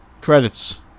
Credits